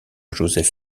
joseph